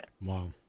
Wow